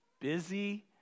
busy